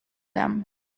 them